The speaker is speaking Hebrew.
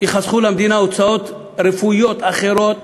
הוצאות רפואיות אחרות